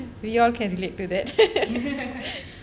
we all can relate to that